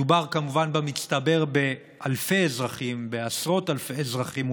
מדובר כמובן בעשרות אלפי אזרחים,